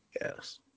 Yes